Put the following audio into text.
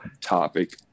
topic